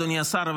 אדוני השר,